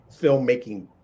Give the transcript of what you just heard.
filmmaking